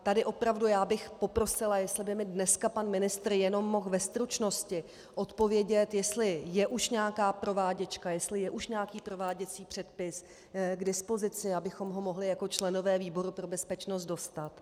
Tady opravdu já bych poprosila, jestli by mi dneska pan ministr mohl jenom ve stručnosti odpovědět, jestli je už nějaká prováděčka, jestli je už nějaký prováděcí předpis k dispozici, abychom ho mohli jako členové výboru pro bezpečnost dostat.